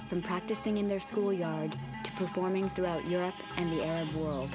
from practicing in their school yard to performing throughout europe and the arab world